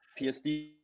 psd